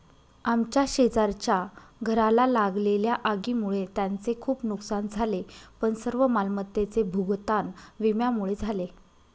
आमच्या शेजारच्या घराला लागलेल्या आगीमुळे त्यांचे खूप नुकसान झाले पण सर्व मालमत्तेचे भूगतान विम्यामुळे झाले